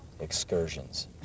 excursions